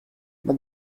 but